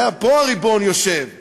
פה יושב הריבון,